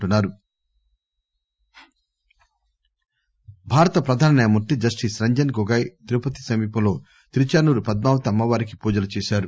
I భారత ప్రధాన న్యాయమూర్తి జస్టిస్ రంజన్ గోగోయ్ తిరుపతి సమీపంలో తిరుచ్చానూర్ పద్మావతి అమ్మ వారికి పూజలు చేశారు